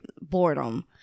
boredom